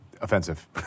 offensive